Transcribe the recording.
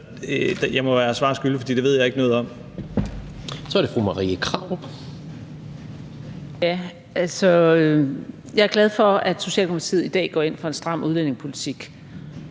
Jeg er glad for, at Socialdemokratiet i dag går ind for en stram udlændingepolitik